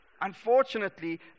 Unfortunately